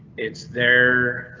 it's there.